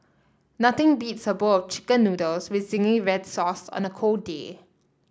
nothing beats a bowl of chicken noodles with zingy red sauce on a cold day